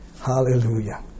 Hallelujah